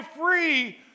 free